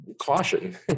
caution